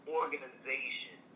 organization